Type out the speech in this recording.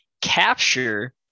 capture